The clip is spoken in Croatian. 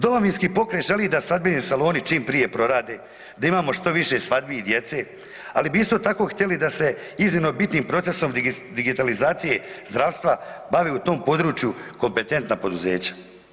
Domovinski pokret želi da svadbeni saloni čim prije prorade da imamo što više svadbi i djece ali bi isto tako htjeli da se iznimno bitnim procesom digitalizacije zdravstva bave u tom području kompetentna poduzeća.